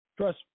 trust